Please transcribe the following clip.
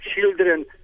children